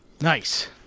Nice